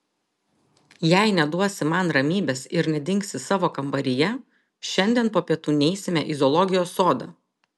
jei neduosi man ramybės ir nedingsi savo kambaryje šiandien po pietų neisime į zoologijos sodą